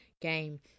game